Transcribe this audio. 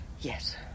Yes